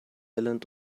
island